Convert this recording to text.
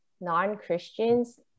non-christians